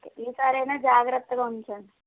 okay ఈసారి అయినా జాగ్రత్తగా ఉంచండి